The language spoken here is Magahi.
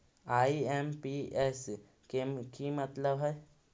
आई.एम.पी.एस के कि मतलब है?